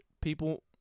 people